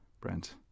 Brent